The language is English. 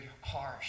harsh